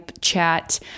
chat